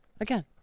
Again